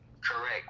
Correct